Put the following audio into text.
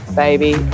baby